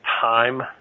time